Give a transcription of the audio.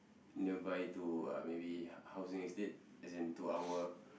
nearby to uh maybe housing estate as in to our